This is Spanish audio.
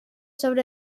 sobre